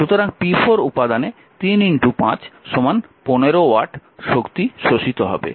সুতরাং p4 উপাদানে 35 15 watt শক্তি শোষিত হবে